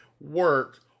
work